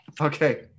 Okay